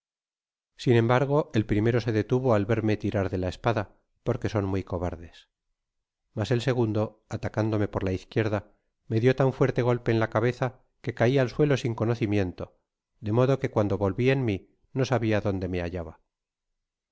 sin embargo el primero se detuvo al verme tirar da la espada porque son muy cobardes mas el segundo atacándome por la izquierda me dio tan fuerte golpe en la cabeza que cai al suelo sin conocimiento de modo que cuando volvi en mi no sabia donde me hallaba